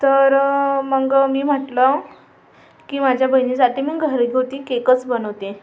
तर मग मी म्हटलं की माझ्या बहिणीसाठी मी घरगुती केकच बनवते